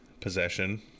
possession